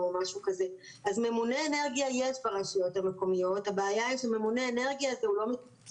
אבל בוודאי שהאוכלוסיות הפגיעות ביותר הן מי שייפגעו באופן הקשה